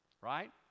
right